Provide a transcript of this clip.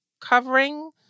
covering